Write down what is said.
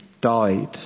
died